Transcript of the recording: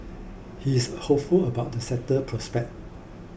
he is hopeful about the sector prospects